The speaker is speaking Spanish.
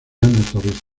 han